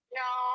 no